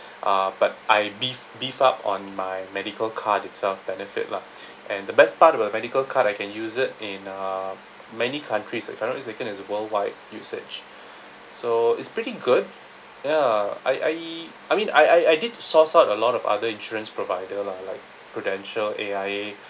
uh but I beef beef up on my medical card itself benefit lah and the best part about medical card I can use it in uh many countries if I'm not mistaken it's worldwide usage so it's pretty good ya I I I mean I I did source out a lot of other insurance provider lah like Prudential A_I_A